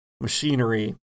machinery